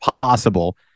possible